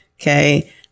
okay